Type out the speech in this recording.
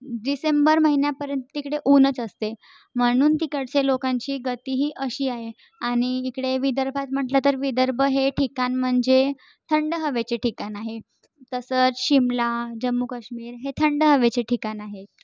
डिसेंबर महिन्यापर्यंत तिकडे ऊनच असते म्हणून तिकडचे लोकांची गती ही अशी आहे आणि इकडे विदर्भात म्हटलं तर विदर्भ हे ठिकाण म्हणजे थंड हवेचे ठिकाण आहे तसंच शिमला जम्मू कश्मीर हे थंड हवेचे ठिकाण आहेत